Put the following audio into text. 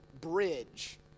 bridge